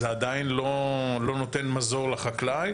זה עדיין לא נותן מזור לחקלאי,